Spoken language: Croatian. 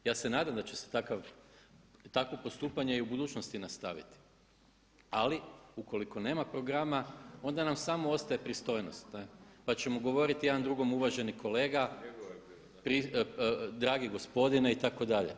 Ja se nadam da će se takav i takvo postupanje i u budućnosti nastaviti, ali ukoliko nema programa onda nam samo ostaje pristojnost pa ćemo govoriti jedan drugome uvaženi kolega, dragi gospodine itd.